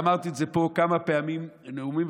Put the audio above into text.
ואמרתי את זה פה כמה פעמים בנאומים,